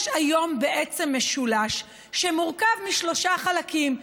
יש היום בעצם משולש שמורכב משלושה חלקים,